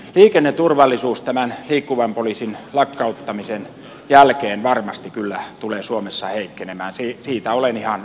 liikenneturvallisuus liikkuvan poliisin lakkauttamisen jälkeen varmasti tulee suomessa kyllä heikkenemään siitä olen ihan vakuuttunut